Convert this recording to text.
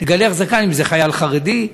לגלח זקן אם חייל חרדי,